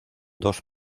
dos